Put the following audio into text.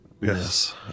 Yes